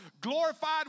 Glorified